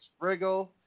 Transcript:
Spriggle